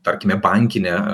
tarkime bankinę